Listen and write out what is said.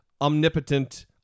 omnipotent